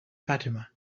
fatima